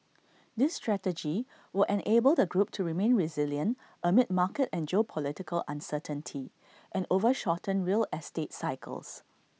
this strategy will enable the group to remain resilient amid market and geopolitical uncertainty and over shortened real estate cycles